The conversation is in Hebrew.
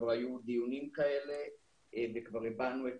כבר היו דיונים כאלה וכבר הבענו את